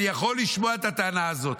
אני יכול לשמוע את הטענה הזאת.